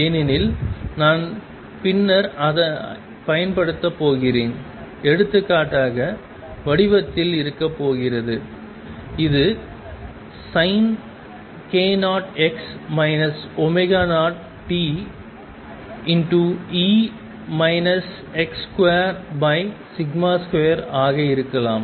ஏனெனில் நான் பின்னர் அதைப் பயன்படுத்தப் போகிறேன் எடுத்துக்காட்டாக வடிவத்தில் இருக்கப் போகிறது அது Sink0x 0t e x22 ஆக இருக்கலாம்